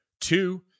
two